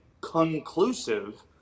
conclusive